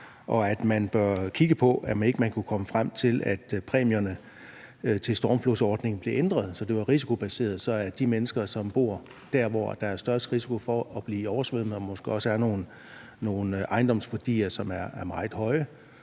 og at man bør kigge på, om man ikke kunne komme frem til, at præmierne til stormflodsordningen blev ændret, så det var risikobaseret, så de mennesker, som bor der, hvor der er den største risiko for at blive oversvømmet, og hvor der måske også er nogle ejendomsværdier, som er meget høje,